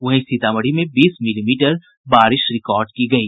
वहीं सीतामढ़ी में बीस मिलीमीटर बारिश रिकॉर्ड की गयी